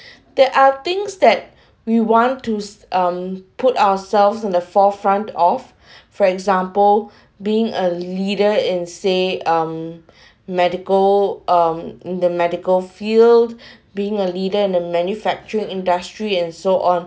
there are things that we want to um put ourselves in the forefront of for example being a leader in say um medical um in the medical field being a leader in the manufacturing industry and so on